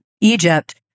Egypt